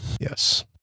Yes